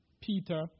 Peter